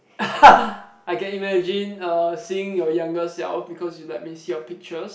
I can imagine uh seeing your younger self because you let me see your pictures